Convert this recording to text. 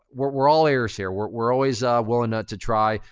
we're we're all ears here. we're always willing ah to try.